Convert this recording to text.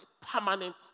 permanent